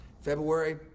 February